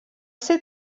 ser